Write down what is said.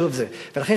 ולכן,